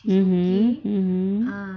mmhmm mmhmm